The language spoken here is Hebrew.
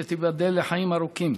שתיבדל לחיים ארוכים,